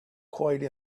quite